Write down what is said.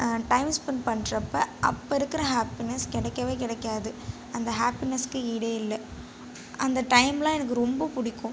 time spend பண்றப்போ அப்போ இருக்கிற ஹாப்பினஸ் கிடக்கவே கிடைக்காது அந்த ஹாப்பினஸ்க்கு ஈடே இல்லை அந்த டைம்லாம் எனக்கு ரொம்ப பிடிக்கும்